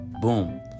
Boom